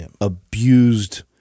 abused